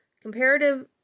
comparative